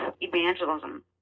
evangelism